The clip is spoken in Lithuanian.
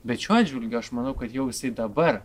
bet šiuo atžvilgiu aš manau kad jau isai dabar